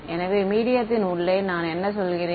எனவே மீடியத்தின் உள்ளே நான் என்ன சொல்கிறேன்